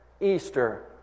Easter